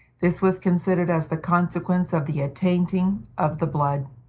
this was considered as the consequence of the attainting of the blood,